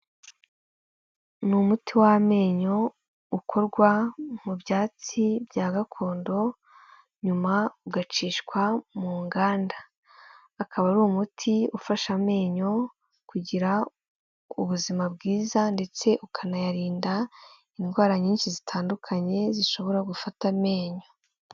Ni umuti w'amenyo ukorwa mu byatsi bya gakondo, nyuma ugacishwa mu nganda, akaba ari umuti ufasha amenyo kugira ubuzima bwiza ndetse ukanayarinda indwara nyinshi zitandukanye zishobora gufata amenyo.